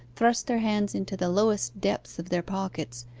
thrust their hands into the lowest depths of their pockets,